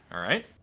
alright.